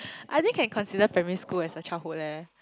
I think can consider primary school as a childhood leh